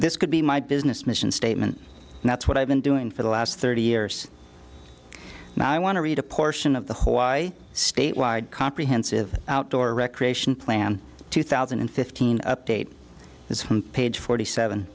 this could be my business mission statement and that's what i've been doing for the last thirty years and i want to read a portion of the hawkeye state wide comprehensive outdoor recreation plan two thousand and fifteen update this from page forty seven